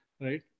Right